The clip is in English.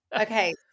okay